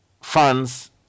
funds